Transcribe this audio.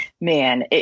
man